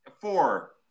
Four